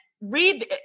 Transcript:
read